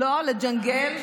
לא, לג'נגל.